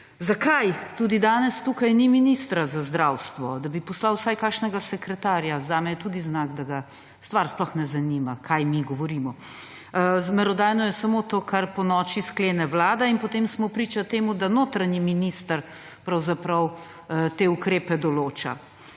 Zakaj tudi danes tukaj ni ministra za zdravstvo? Da bi poslal vsaj kakšnega sekretarja. Zame je tudi znak, da ga sploh ne zanima, kaj mi govorimo. Merodajno je samo to, kar ponoči sklene Vlada in potem smo priča temu, da notranji minister te ukrepe določa.